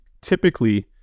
typically